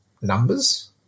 numbers